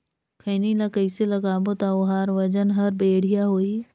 खैनी ला कइसे लगाबो ता ओहार वजन हर बेडिया होही?